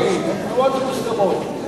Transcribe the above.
ברורות ומוסכמות.